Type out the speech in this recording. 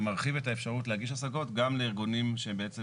מרחיב את האפשרות להגיש השגות גם לארגונים שהם בעצם